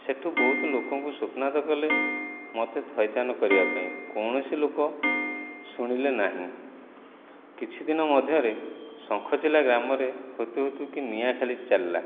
ସେଠୁ ବହୁତ ଲୋକଙ୍କୁ ସ୍ୱପ୍ନାଥ କଲେ ମୋତେ ଥଇଥାନ କରିବା ପାଇଁ କୌଣସି ଲୋକ ଶୁଣିଲେ ନାହିଁ କିଛି ଦିନ ମଧ୍ୟରେ ଶଙ୍ଖଚିଲ୍ଲା ଗ୍ରାମରେ ହୁତୁହୁତୁକି ନିଆଁ ଖାଲି ଚାଲିଲା